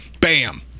Bam